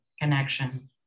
connection